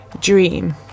dream